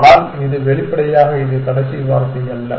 ஆனால் இது வெளிப்படையாக இது கடைசி வார்த்தை அல்ல